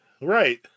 Right